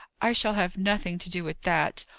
i shall have nothing to do with that,